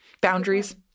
boundaries